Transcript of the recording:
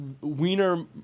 Wiener